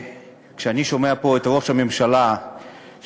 כשאני שומע פה את ראש הממשלה מזמין,